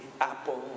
apple